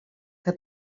que